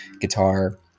guitar